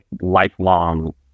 lifelong